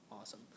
awesome